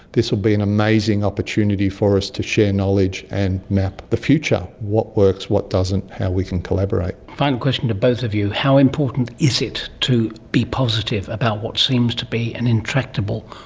this will be an amazing opportunity for us to share knowledge and map the future, what works, what doesn't, how we can collaborate. a final question to both of you how important is it to be positive about what seems to be an intractable,